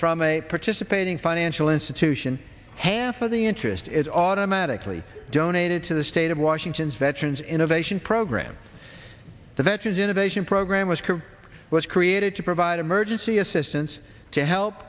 from a participating financial institution half of the interest is automatically donated to the state of washington's that turns innovation program the veterans innovation program was curve was created to provide emergency assistance to help